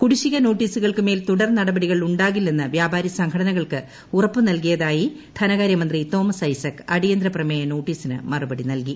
കുടിശ്ശിക നോട്ടീസുകൾക്ക് മേൽ തുടർനടപടികൾ ഉണ്ടാകില്ലെന്ന് വ്യാപാരി സംഘടനകൾക്ക് ഉറപ്പ് നൽകിയതായി ധനകാര്യമന്ത്രി തോമസ് ഐസക് അടിയന്തര പ്രമേയ നോട്ടീസിന് മറുപടി നൽകി